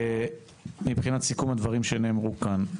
מבחינת סיכום הדברים שנאמרו כאן: